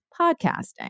podcasting